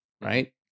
right